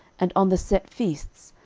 and on the set feasts,